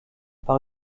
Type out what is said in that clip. par